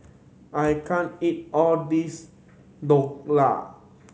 I can't eat all this Dhokla